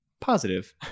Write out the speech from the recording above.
positive